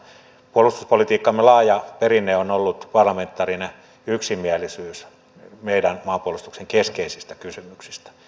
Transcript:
puolustuspolitiikkamme laaja perinne on ollut parlamentaarinen yksimielisyys meidän maanpuolustuksen keskeisistä kysymyksistä